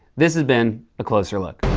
this has been a closer look.